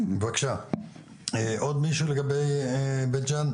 אנחנו עוברים לכסרא.